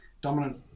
Dominant